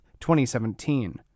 2017